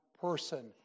person